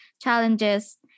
challenges